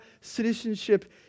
citizenship